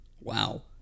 Wow